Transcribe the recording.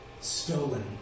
Stolen